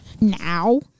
Now